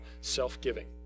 self-giving